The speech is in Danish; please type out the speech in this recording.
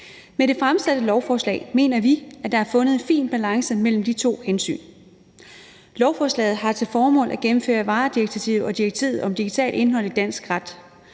Med det fremsatte lovforslag mener vi at der er fundet en fin balance mellem de to hensyn. Lovforslaget har til formål at gennemføre varedirektivet og direktivet om digitalt indhold i dansk ret.